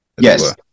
Yes